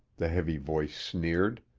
the heavy voice sneered.